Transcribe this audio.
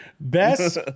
Best